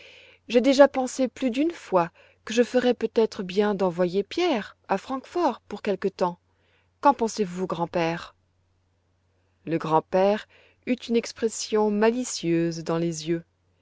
j'ai déjà pensé plus d'une fois que je ferais peut-être bien d'envoyer pierre à francfort pour quelque temps qu'en pensez-vous grand-père le grand-père eut une expression malicieuse dans les yeux